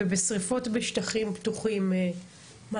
ובשריפות בשטחים פתוחים מה,